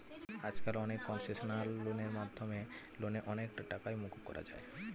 আজকাল অনেক কনসেশনাল লোনের মাধ্যমে লোনের অনেকটা টাকাই মকুব করা যায়